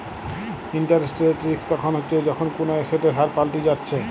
interest rate risk তখন হচ্ছে যখন কুনো এসেটের হার পাল্টি যাচ্ছে